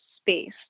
space